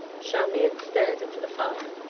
charmian stared into the fire.